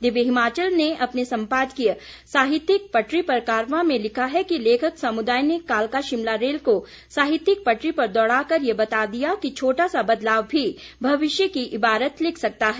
दिव्य हिमाचल ने अपने सम्पादकीय साहित्यिक पटरी पर कारवां में लिखा है कि लेखक समुदाय ने कालका शिमला रेल को साहित्यिक पटरी पर दौडा़ कर यह बता दिया कि छोटा सा बदलाव भी भविष्य की इबारत लिख सकता है